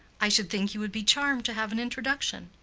i should think he would be charmed to have an introduction.